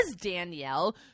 Danielle